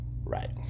Right